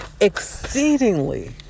exceedingly